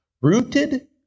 rooted